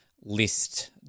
list